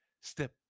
Step